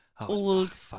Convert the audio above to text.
Old